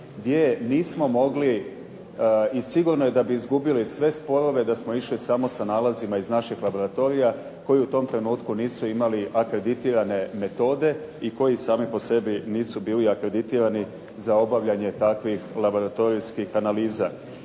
gdje nismo mogli, i sigurno je da bi izgubili sve sporove da smo išli samo sa nalazima iz našeg laboratorija koji u tom trenutku nisu imali akreditirane metode i koji sami po sebi nisu bili akreditirani za obavljanje takvih laboratorijskih analiza.